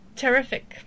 terrific